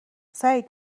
سعید